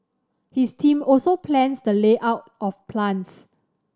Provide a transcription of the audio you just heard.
his team also plans the layout of plants